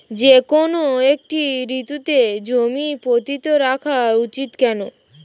যেকোনো একটি ঋতুতে জমি পতিত রাখা উচিৎ কেন?